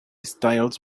styles